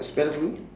spell for me